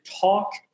talk